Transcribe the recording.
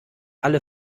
alle